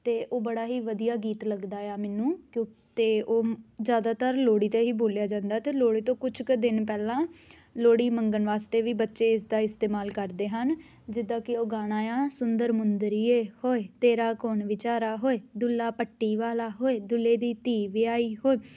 ਅਤੇ ਉਹ ਬੜਾ ਹੀ ਵਧੀਆ ਗੀਤ ਲੱਗਦਾ ਆ ਮੈਨੂੰ ਕਿ ਅਤੇ ਉਹ ਜ਼ਿਆਦਾਤਰ ਲੋਹੜੀ 'ਤੇ ਹੀ ਬੋਲਿਆ ਜਾਂਦਾ ਅਤੇ ਲੋਹੜੀ ਤੋਂ ਕੁਝ ਕੁ ਦਿਨ ਪਹਿਲਾਂ ਲੋਹੜੀ ਮੰਗਣ ਵਾਸਤੇ ਵੀ ਬੱਚੇ ਇਸ ਦਾ ਇਸਤੇਮਾਲ ਕਰਦੇ ਹਨ ਜਿੱਦਾਂ ਕਿ ਉਹ ਗਾਣਾ ਇਹ ਆ ਸੁੰਦਰ ਮੁੰਦਰੀਏ ਹੋਏ ਤੇਰਾ ਕੌਣ ਵਿਚਾਰਾ ਹੋਏ ਦੁੱਲਾ ਭੱਟੀ ਵਾਲਾ ਹੋਏ ਦੁੱਲੇ ਦੀ ਧੀ ਵਿਆਹੀ ਹੋਏ